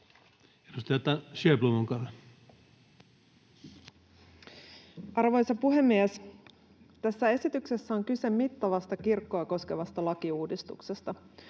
15:56 Content: Arvoisa puhemies! Tässä esityksessä on kyse mittavasta kirkkoa koskevasta lakiuudistuksesta.